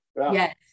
Yes